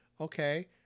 okay